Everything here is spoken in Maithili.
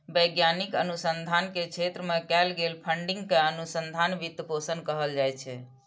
वैज्ञानिक अनुसंधान के क्षेत्र मे कैल गेल फंडिंग कें अनुसंधान वित्त पोषण कहल जाइ छै